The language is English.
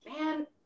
Man